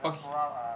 okay